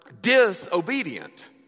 disobedient